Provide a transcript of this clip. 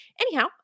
anyhow